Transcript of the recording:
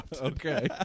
okay